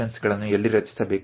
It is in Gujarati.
7 કિલોમીટરની આસપાસ છે